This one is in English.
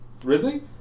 Ridley